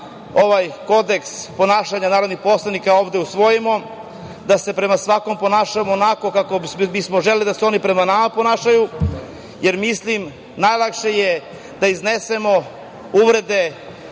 ovaj kodeks ponašanja narodnih poslanika ovde usvojimo, da se prema svakom ponašamo onako kako bismo želeli da se oni prema nama ponašaju, jer najlakše je da iznesemo uvrede,